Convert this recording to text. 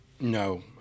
No